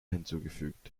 hinzugefügt